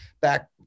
back